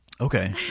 Okay